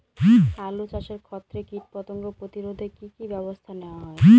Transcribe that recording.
আলু চাষের ক্ষত্রে কীটপতঙ্গ প্রতিরোধে কি কী ব্যবস্থা নেওয়া হয়?